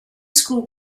school